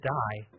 die